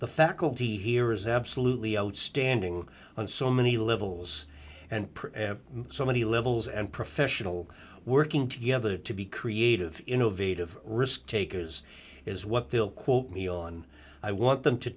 the faculty here is absolutely outstanding on so many levels and print so many levels and professional working together to be creative innovative risk takers is what they'll quote me on i want them to